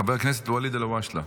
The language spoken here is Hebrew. חבר הכנסת ואליד אלהואשלה,